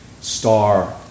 star